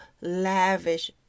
lavish